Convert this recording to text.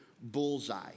bullseye